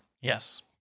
Yes